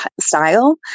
style